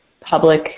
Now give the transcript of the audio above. public